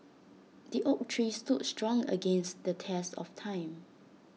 the oak tree stood strong against the test of time